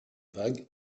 vagues